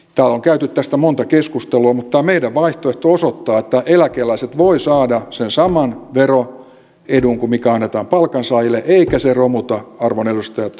täällä on käyty tästä monta keskustelua mutta tämä meidän vaihtoehtomme osoittaa että eläkeläiset voivat saada sen saman veroedun kuin mikä annetaan palkansaajille eikä se romuta arvon edustajat valtion taloutta